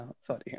sorry